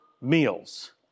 meals